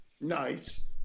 Nice